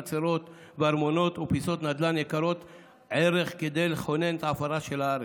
חצרות וארמונות ופיסות נדל"ן יקרות ערך כדי לחונן את עפרה של הארץ.